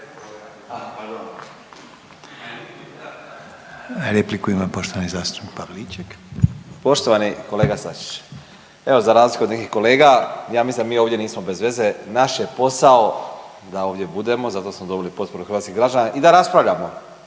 Repliku ima poštovani zastupnik Pavliček.